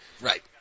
Right